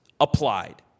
applied